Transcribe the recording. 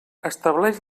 estableix